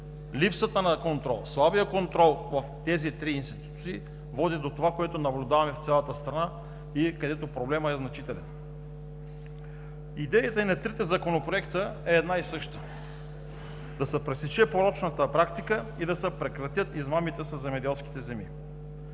Липсата на контрол, слабият контрол в тези три институции води до това, което наблюдаваме в цялата страна, където проблемът е значителен. Идеята и на трите законопроекта е една и съща – да се пресече порочната практика и да се прекратят измамите със земеделските земи.